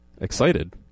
excited